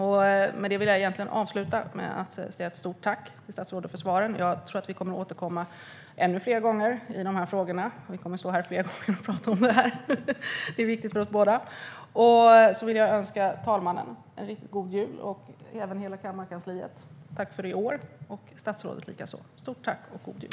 Med detta vill jag avsluta med ett stort tack till statsrådet för svaren. Jag tror att vi återkommer fler gånger till de här frågorna. Vi kommer nog att stå här fler gånger och prata om det här. Det är viktigt för oss båda. Jag vill tacka talmannen och hela kammarkansliet för i år och önska en riktigt god jul, och statsrådet likaså. Stort tack och god jul!